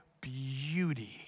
beauty